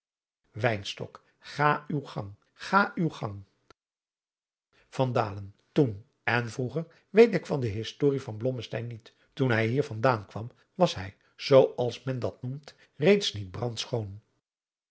ga uw gang ga uw gang van dalen toen en vroeger weet ik van de historie van blommesteyn niet toen hij hier van daan kwam was hij zoo als men dat noemt reeds niet brand schoon